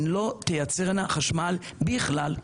ולא תייצרנה חשמל בכלל.